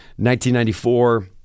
1994